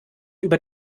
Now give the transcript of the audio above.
über